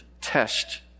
Test